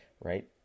right